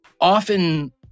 often